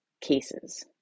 cases